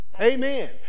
Amen